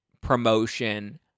promotion